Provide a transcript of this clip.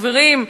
חברים,